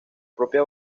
propia